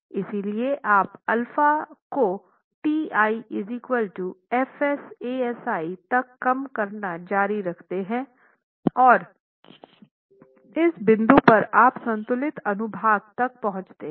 इसलिए आप α को T i F s A si तक कम करना जारी रखते हैं और इस बिंदु पर आप संतुलित अनुभाग तक पहुँचते हैं